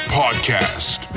podcast